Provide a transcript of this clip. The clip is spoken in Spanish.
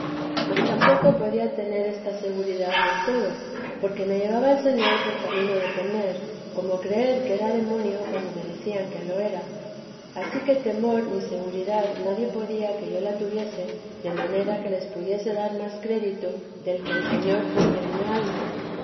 mas tampoco podía tener esta seguridad del todo porque me llevaba el señor por camino de temer como creer que era demonio cuando me decían que lo era ansí que temor ni seguridad nadie podía que yo la tuviese de manera que les pudiese dar más crédito del que el señor ponía en mi alma